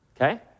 Okay